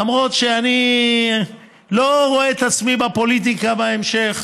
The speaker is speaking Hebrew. למרות שאני לא רואה את עצמי בפוליטיקה בהמשך.